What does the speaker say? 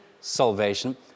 salvation